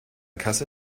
kasse